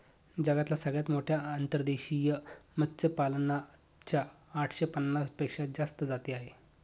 जगातल्या सगळ्यात मोठ्या अंतर्देशीय मत्स्यपालना च्या आठशे पन्नास पेक्षा जास्त जाती आहे